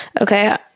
Okay